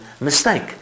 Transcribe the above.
mistake